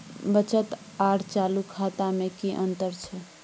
बचत आर चालू खाता में कि अतंर छै?